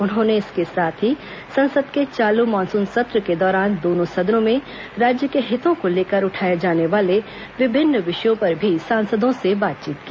उन्होंने इसके साथ ही संसद के चालू मानसून सत्र के दौरान दोनों सदनों में राज्य के हितों को लेकर उठाए जाने वाले विभिन्न विषयों पर भी सांसदों से बातचीत की